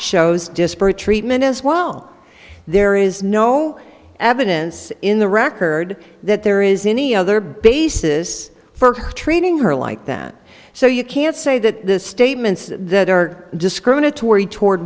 shows disparate treatment as well there is no evidence in the record that there is any other basis for treating her like that so you can't say that the statements that are discriminatory toward